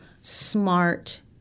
smart